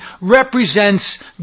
represents